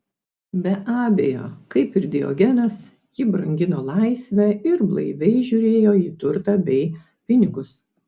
be abejo kaip ir diogenas ji brangino laisvę ir blaiviai žiūrėjo į turtą bei pinigus